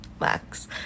Max